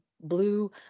blue